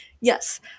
yes